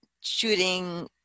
shooting